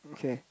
okay